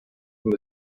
from